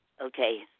Okay